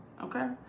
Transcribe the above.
okay